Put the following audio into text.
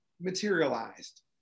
materialized